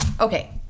Okay